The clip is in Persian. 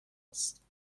است